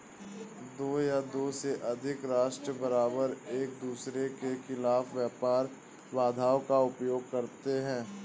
दो या दो से अधिक राष्ट्र बारबार एकदूसरे के खिलाफ व्यापार बाधाओं का उपयोग करते हैं